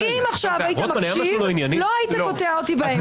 אם היית מקשיב לא היית קוטע אותי באמצע.